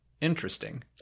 interesting